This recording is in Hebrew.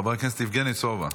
חבר הכנסת יבגני סובה.